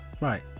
Right